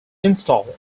installed